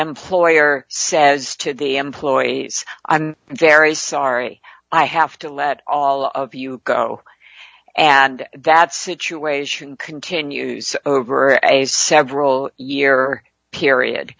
employer says to the employees very sorry i have to let all of you go and that situation continues over at a several year period